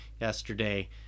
yesterday